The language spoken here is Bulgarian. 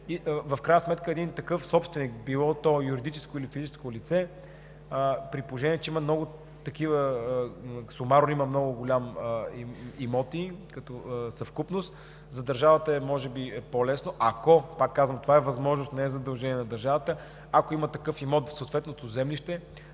в крайна сметка един такъв собственик – било то юридическо или физическо лице, при положение че има сумарно много големи имоти като съвкупност, за държавата е може би по-лесно. Пак казвам, това е възможност, а не е задължение на държавата, ако има такъв имот в съответното землище,